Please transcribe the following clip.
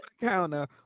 counter